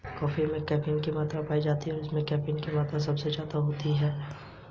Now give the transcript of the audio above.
Robert Bakewell ने पशुधन के व्यवस्थित चयनात्मक प्रजनन की शुरुआत की थी